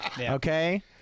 Okay